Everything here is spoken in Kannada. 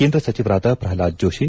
ಕೇಂದ್ರ ಸಚಿವರಾದ ಕ್ರಲ್ಟಾದ್ ಜೋಷಿ